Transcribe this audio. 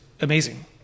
amazing